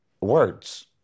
Words